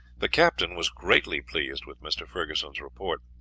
the captain was greatly pleased with mr. ferguson's report.